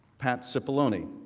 pat cipollone